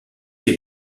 fait